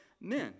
men